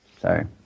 Sorry